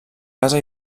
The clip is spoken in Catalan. casa